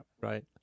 right